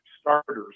starters